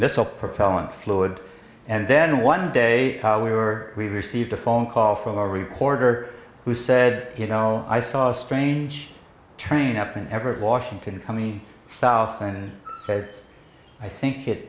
missile propellant fluid and then one day we were we received a phone call from our reporter who said you know i saw a strange train up in everett washington coming south and i think it